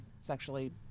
sexually